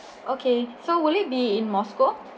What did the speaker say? okay so will it be in moscow